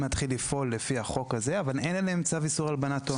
להתחיל לפעול לפי החוק הזה אבל אין עליהם צו איסור הלבנת הון.